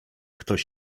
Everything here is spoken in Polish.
ktoś